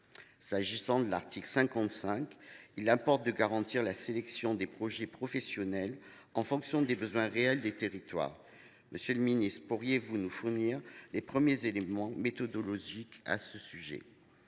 qui est de l’article 55, il importe de garantir la sélection des projets professionnels en fonction des besoins réels des territoires ; monsieur le ministre, pourriez vous nous fournir une ébauche d’éléments méthodologiques à ce sujet ?